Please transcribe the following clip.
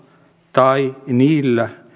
tai niillä